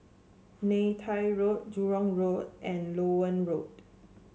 Neythai Road Jurong Road and Loewen Road